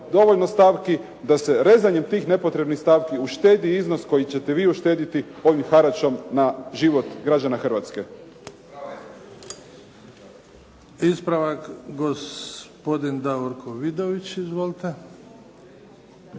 dovoljno stavki da se rezanjem tih nepotrebnih stavki uštedi iznos koji ćete vi uštediti ovim haračom na život građana Hrvatske. **Bebić, Luka (HDZ)** Hvala. Ispravak gospodin Davorko Vidović. Izvolite.